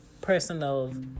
personal